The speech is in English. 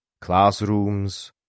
classrooms